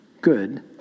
good